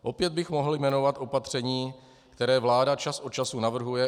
Opět bych mohl jmenovat opatření, které vláda čas od času navrhuje.